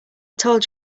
told